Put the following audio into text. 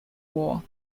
war